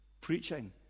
Preaching